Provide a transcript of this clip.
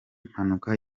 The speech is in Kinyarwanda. mpanuka